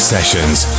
Sessions